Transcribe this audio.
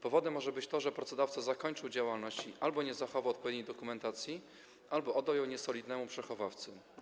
Powodem może być to, że pracodawca zakończył działalność i albo nie zachował odpowiedniej dokumentacji, albo oddał ją niesolidnemu przechowawcy.